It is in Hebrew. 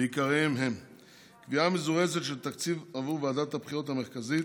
ועיקריהן: 1. קביעה מזורזת של תקציב עבור ועדת הבחירות המרכזית,